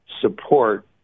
support